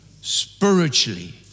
Spiritually